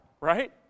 right